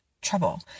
trouble